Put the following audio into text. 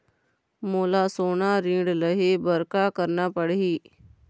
मोला सोना ऋण लहे बर का करना पड़ही?